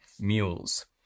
mules